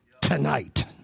tonight